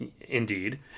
Indeed